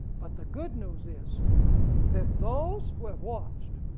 but the good news is that those who have watched,